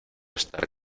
estar